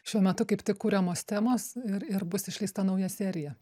šiuo metu kaip tik kuriamos temos ir ir bus išleista nauja serija